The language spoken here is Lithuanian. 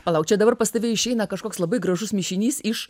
palauk čia dabar pas tave išeina kažkoks labai gražus mišinys iš